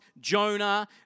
Jonah